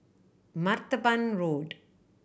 Martaban Road